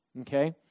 Okay